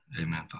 Amen